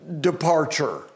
departure